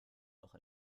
auch